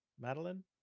Madeline